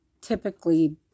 typically